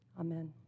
Amen